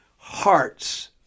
hearts